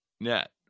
net